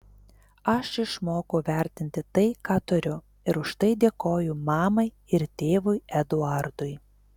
aš išmokau vertinti tai ką turiu ir už tai dėkoju mamai ir tėvui eduardui